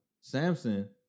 Samson